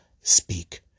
speak